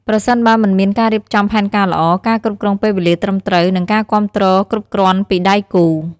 ប្រសិនបើមិនមានការរៀបចំផែនការល្អ ការគ្រប់គ្រងពេលវេលាត្រឹមត្រូវ និងការគាំទ្រគ្រប់គ្រាន់ពីដៃគូ។